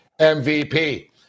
MVP